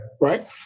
Right